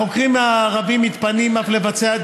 החוקרים הערבים מתפנים לבצע,